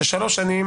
שבמשך שלוש שנים